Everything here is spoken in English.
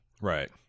Right